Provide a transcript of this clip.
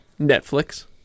Netflix